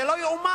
זה לא יאומן.